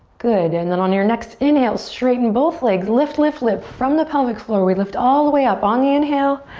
good, and then on your next inhale, straighten both legs. lift, lift, lift from the pelvic floor we lift all the way up on the inhale.